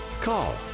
call